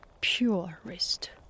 purest